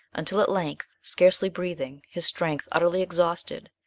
until at length, scarcely breathing, his strength utterly exhausted,